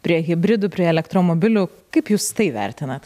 prie hibridų prie elektromobilių kaip jūs tai vertinat